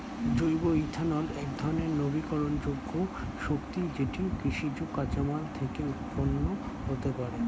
জৈব ইথানল একধরণের নবীকরণযোগ্য শক্তি যেটি কৃষিজ কাঁচামাল থেকে উৎপন্ন হতে পারে